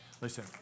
Listen